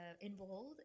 involved